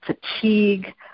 fatigue